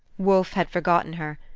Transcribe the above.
wolfe had forgotten her.